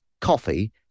Coffee